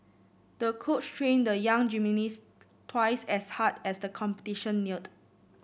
the coach trained the young gymnast twice as hard as the competition neared